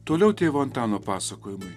toliau tėvo antano pasakojimai